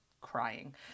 crying